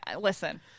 listen –